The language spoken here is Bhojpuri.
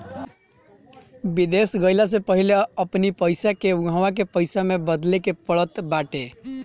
विदेश गईला से पहिले अपनी पईसा के उहवा के पईसा में बदले के पड़त बाटे